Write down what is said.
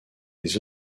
des